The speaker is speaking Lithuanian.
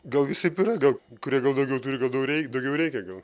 gal visaip yra gal kurie gal daugiau turi gal daug reik daugiau reikia gal